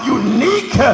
unique